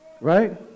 Right